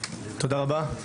תודה רבה.